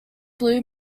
blue